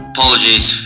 Apologies